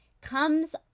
comes